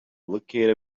locate